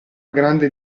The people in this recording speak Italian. grande